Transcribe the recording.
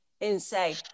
Insane